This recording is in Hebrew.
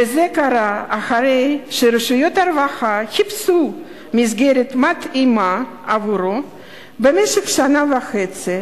וזה קרה אחרי שרשויות הרווחה חיפשו מסגרת מתאימה עבורו במשך שנה וחצי,